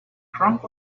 frank